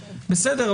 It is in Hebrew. בסדר.